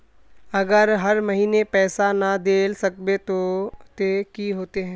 अगर हर महीने पैसा ना देल सकबे ते की होते है?